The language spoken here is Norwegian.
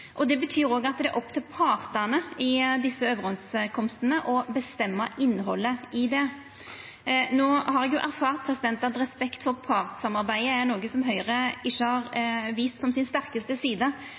og det betyr at det er opp til partane i desse overeinskomstane å bestemma innhaldet i det. No har eg jo erfart at respekt for partssamarbeidet er noko som Høgre ikkje har